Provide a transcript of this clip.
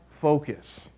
focus